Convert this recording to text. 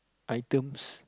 items